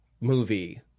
movie